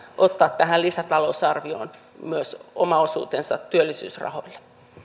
ottaa tähän lisätalousarvioon myös oma osuutensa työllisyysrahoille